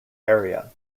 area